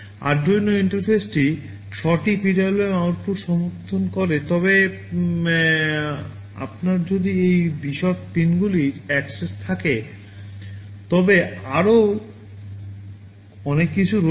Arduino ইন্টারফেসটি 6 টি PWM output সমর্থন করে তবে আপনার যদি এই বিশদ পিনগুলি অ্যাক্সেস করে থাকে তবে আরও অনেক কিছু রয়েছে